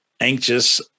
anxious